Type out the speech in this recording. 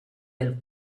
del